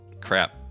crap